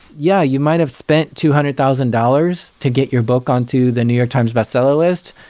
yeah, you might've spent two hundred thousand dollars to get your book on to the new york times bestseller list,